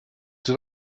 did